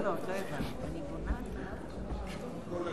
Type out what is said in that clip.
זה נאמר על כל אדם, לא רק על פרולטריון.